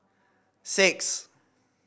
six